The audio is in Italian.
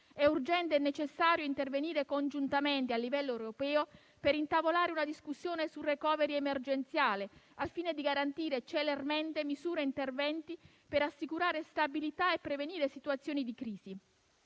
È urgente e necessario intervenire congiuntamente a livello europeo per intavolare una discussione sul *recovery* emergenziale, al fine di garantire celermente misure e interventi per assicurare stabilità e prevenire situazioni di crisi.